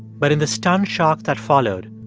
but in the stunned shock that followed,